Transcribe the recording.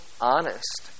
honest